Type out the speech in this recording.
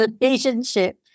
relationship